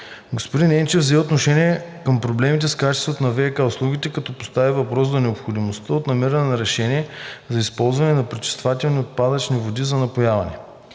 Господин Енчев взе отношение към проблемите с качеството на ВиК услугите, като постави въпроса за необходимостта от намиране на решение за използването на пречистените отпадни води за напояване.